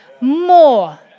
more